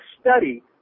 study